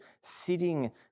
sitting